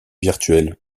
virtuels